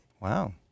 Wow